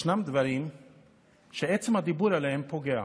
ישנם דברים שעצם הדיבור עליהם פוגע.